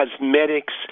cosmetics